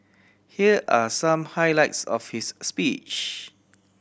here are some highlights of his speech